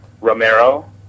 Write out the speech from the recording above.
Romero